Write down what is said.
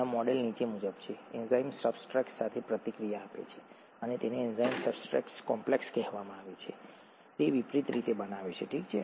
આ મોડેલ નીચે મુજબ છે એન્ઝાઇમ સબસ્ટ્રેટ સાથે પ્રતિક્રિયા આપે છે અને તેને એન્ઝાઇમ સબસ્ટ્રેટ કોમ્પ્લેક્સ કહેવામાં આવે છે તે વિપરીત રીતે બનાવે છે ઠીક છે